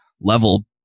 level